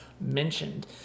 mentioned